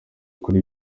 kuri